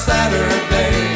Saturday